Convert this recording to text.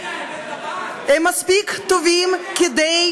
הם מספיק טובים כדי,